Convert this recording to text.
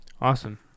Awesome